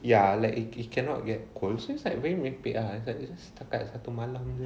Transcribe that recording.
ya like it cannot get cold seem like merepek ah dia just setakat satu malam jer